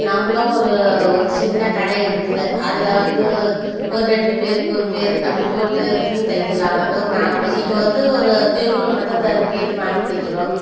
நம்மளும் ஒரு ஒரு சின்ன கடை எடுத்து அதில் வந்து ஒரு ரெண்டு பேர் ஒரு பேர் அப்படி போட்டு துணி தைக்கலாம் ஒரு நாலு பே இப்போ வந்து ஒரு தெருவில் மட்டும் த கேட்டு வாங்கி தைக்கிறோம்